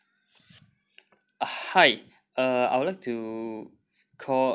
uh hi uh I would like to call